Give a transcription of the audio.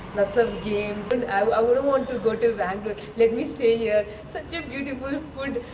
lots of games. and i wouldn't want to go to bangalore. let me stay here. such beautiful food,